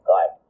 God